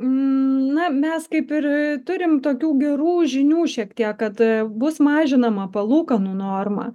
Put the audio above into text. na mes kaip ir turim tokių gerų žinių šiek tiek kad bus mažinama palūkanų norma